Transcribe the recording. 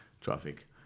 Traffic